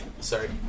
Sorry